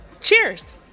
Cheers